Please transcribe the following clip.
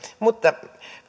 mutta